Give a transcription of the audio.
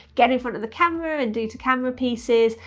get in front of the camera, and do to-camera pieces,